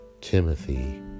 Timothy